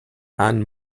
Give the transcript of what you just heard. and